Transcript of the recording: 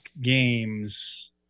games